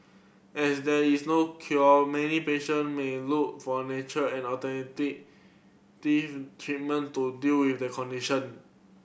as there is no cure many patient may look for natural and alternative these treatment to deal with their condition